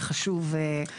וחשוב שנזכור את זה.